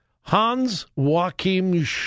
Hans-Joachim